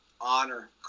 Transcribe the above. honor